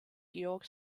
georg